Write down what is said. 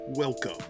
Welcome